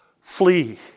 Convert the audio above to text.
Flee